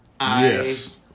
Yes